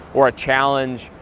or a challenge,